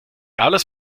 alles